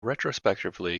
retrospectively